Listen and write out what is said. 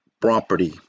property